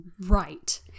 right